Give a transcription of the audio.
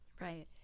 Right